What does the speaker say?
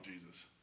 Jesus